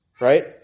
right